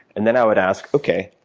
and then i would ask, okay,